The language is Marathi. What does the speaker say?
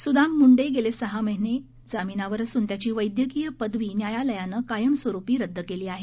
सुदाम मुंडे गेले सहा महिने जामिनावर असून त्याची वैद्यकीय पदवी न्यायालयानं कायमस्वरूपी रद्द केली आहे